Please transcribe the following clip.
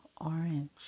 orange